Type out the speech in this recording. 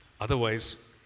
Otherwise